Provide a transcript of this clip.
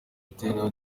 ibitero